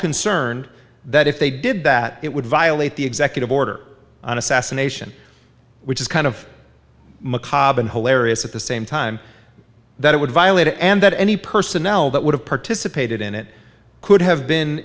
concerned that if they did that it would violate the executive order on assassination which is kind of macabre and hilarious at the same time that it would violate and that any personnel that would have participated in it could have been